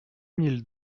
mille